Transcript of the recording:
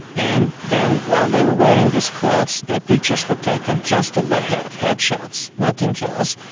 and then while they were wearing these clothes, their pictures were taken, just of the head, head shots, nothing else.